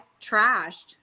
trashed